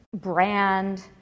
brand